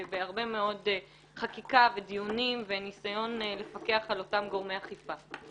בהרבה מאוד חקיקה ודיונים וניסיון לפקח על אותם גורמי אכיפה.